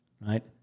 right